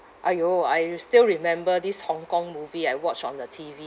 !aiyo! I r~ still remember this hong kong movie I watched on the T_V